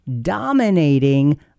dominating